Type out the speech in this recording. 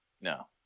No